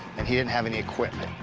and he didn't have any equipment.